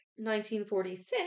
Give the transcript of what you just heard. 1946